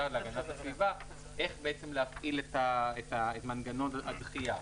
להגנת הסביבה איך בעצם להפעיל את מנגנון הדחייה.